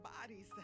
bodies